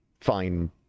fine